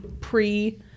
pre